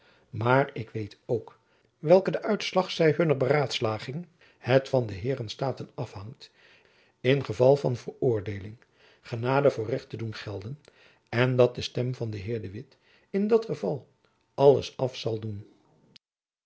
maar ik weet ook dat jacob van lennep elizabeth musch welke de uitslag zij hunner beraadslaging het van de heeren staten afhangt in geval van veroordeeling genade voor recht te doen gelden en dat de stem van den heer de witt in dat geval alles af zal doen